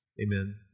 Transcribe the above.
Amen